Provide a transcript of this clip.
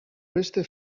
beste